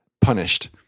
punished